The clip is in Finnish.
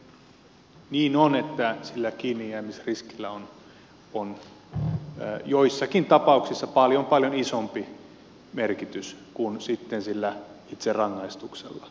kyllä se niin on että sillä kiinnijäämisriskillä on joissakin tapauksissa paljon paljon isompi merkitys kuin sitten sillä itse rangaistuksella